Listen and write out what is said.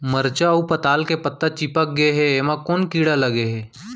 मरचा अऊ पताल के पत्ता चिपक गे हे, एमा कोन कीड़ा लगे है?